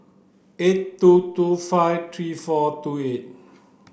eight two two five three four two eight